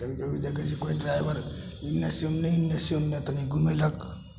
कभी कभी देखै छिए कोइ ड्राइवर एन्नेसे ओन्ने एन्नेसे ओन्ने तनि घुमेलक